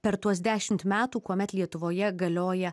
per tuos dešimt metų kuomet lietuvoje galioja